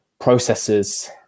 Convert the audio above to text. processes